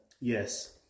Yes